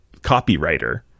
copywriter